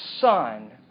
son